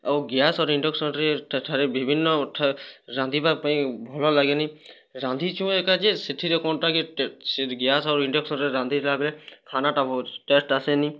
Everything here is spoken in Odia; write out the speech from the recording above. ଆଉ ଗ୍ୟାସ୍ରେ ଇଣ୍ଡୋକ୍ସନ୍ରେ ସେଠାରେ ବିଭିନ୍ନ ରାନ୍ଧିବା ପାଇଁ ଭଲ ଲାଗେନି ରାନ୍ଧିଛୁ ଏକା ଯେ ସେଠିରେ କଣ ଟା କି ସେ ଗ୍ୟାସ୍ରେ ଆଉ ଇଣ୍ଡୋକ୍ସନ୍ରେ ରାନ୍ଧିଲା ବେଲେ ଖାନା ଟା ବହୁତ ଟେଷ୍ଟ୍ ଆସେନି